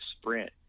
sprint